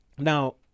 Now